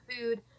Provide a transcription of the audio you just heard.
food